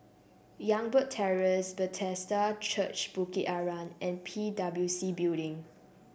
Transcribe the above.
Youngberg Terrace Bethesda Church Bukit Arang and P W C Building